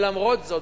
למרות זאת,